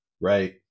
right